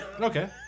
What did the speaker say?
Okay